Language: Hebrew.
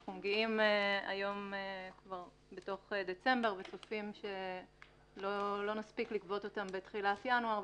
אנחנו כבר בתוך דצמבר וצופים שלא נספיק לגבות אותן בתחילת ינואר,